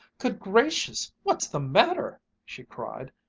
good gracious, what's the matter! she cried,